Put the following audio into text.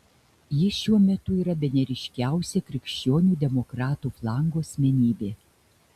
jis šiuo metu yra bene ryškiausia krikščionių demokratų flango asmenybė